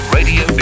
Radio